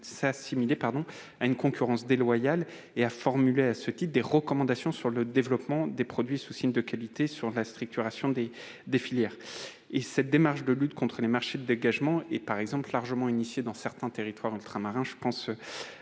assimilée à une concurrence déloyale. Elle a formulé à ce titre des recommandations sur le développement des produits sous signes de qualité et sur la structuration des filières. Cette démarche de lutte contre les marchés de dégagement est largement engagée dans certains territoires ultramarins. Je pense